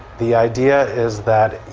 the idea is that